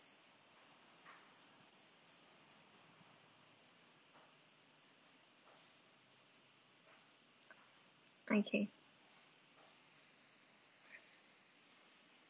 okay